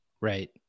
Right